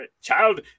child